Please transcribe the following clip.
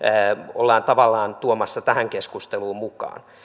ollaan tavallaan tuomassa tähän keskusteluun mukaan